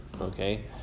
Okay